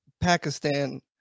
Pakistan